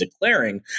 declaring